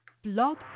Blog